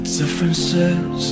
differences